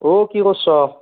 অ' কি কৰিছ